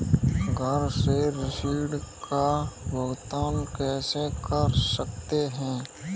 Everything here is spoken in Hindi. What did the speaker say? घर से ऋण का भुगतान कैसे कर सकते हैं?